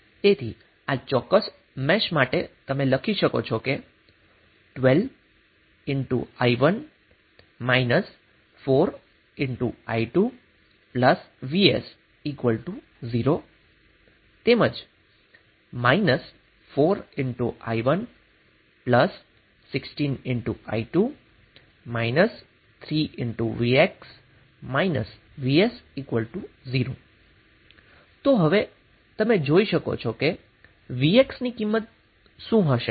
તેથી આ ચોક્કસ મેશ માટે તમે લખી શકો છો કે 12 i1 4i2 vs 0 −4i1 16 i2 3vx vs 0 તો હવે તમે જોઈ શકો છો કે vx ની કિંમત શું હશે